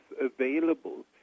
available